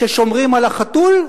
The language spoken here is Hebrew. ששומרים על החתול,